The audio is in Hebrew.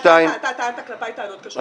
אתה טענת כלפיי טענות קשות בנידון.